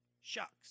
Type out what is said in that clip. shucks